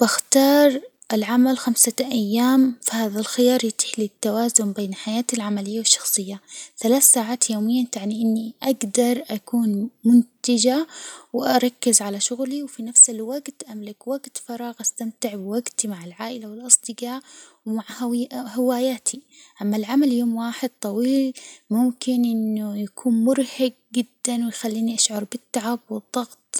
بختار العمل خمسة أيام، فهذا الخيار يتيح لي التوازن بين حياتي العملية والشخصية، ثلاث ساعات يوميًا تعني إني أجدر أكون منتجة وأركز على شغلي، وفي نفس الوجت أملك وجت فراغ، أستمتع بوجتي مع العائلة و الأصدجاء ومع هواياتي، أما العمل يوم واحد طويل ممكن إنه يكون مرهج جدًا، ويخليني أشعر بالتعب والضغط.